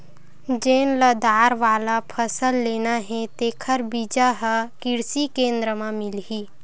जेन ल दार वाला फसल लेना हे तेखर बीजा ह किरसी केंद्र म मिलही